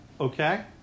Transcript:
okay